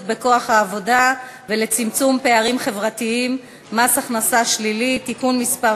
בכוח העבודה ולצמצום פערים חברתיים (מס הכנסה שלילי) (תיקון מס'